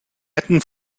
hätten